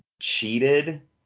cheated